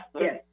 Yes